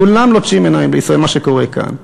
כולם לוטשים עיניים לישראל, למה שקורה כאן.